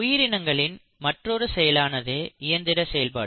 உயிரினங்களின் மற்றொரு செயலானது இயந்திர செயல்பாடு